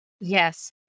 Yes